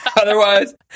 Otherwise